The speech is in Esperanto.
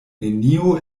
neniu